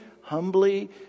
humbly